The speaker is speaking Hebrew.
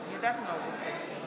מה הבעיה להמשיך אם יש שני